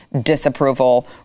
disapproval